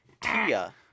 Tia